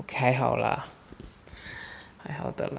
还好 lah 还好的